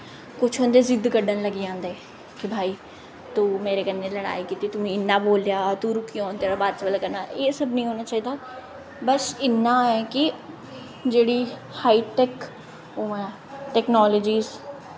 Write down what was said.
कुछ होंदे जिद्द कड्ढन लग्गी पौंदे कि भाई तूं मेरे कन्नै लड़ाई कीती तूं मिगी इ'यां बोलेआ तूं रुकी जा हून तेरा बाद च बेल्लै करना एह् सब निं होना चाहिदा बस इन्ना ऐ कि जेह्ड़ी हाईटैक ओह् ऐ टैकनालजी